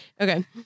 Okay